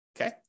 okay